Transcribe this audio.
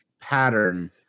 pattern